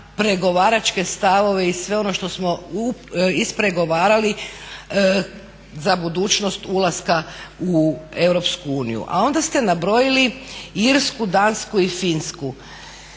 pregovaračke stavove i sve ono što smo ispregovarali za budućnost ulaska u Europsku uniju. A onda ste nabrojili Irsku, Dansku i Finsku,